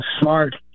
smart